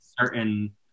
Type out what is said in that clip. certain